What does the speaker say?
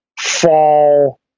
fall